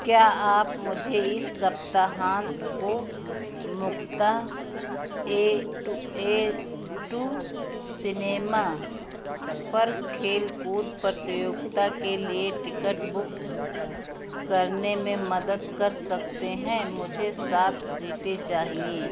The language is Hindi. क्या आप मुझे इस सप्ताहांत को Mukta A to A two cinema पर खेल कूद प्रतियोगिता के लिए टिकट बुक करने में मदद कर सकते हैं मुझे सात सीटें चाहिए